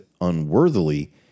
unworthily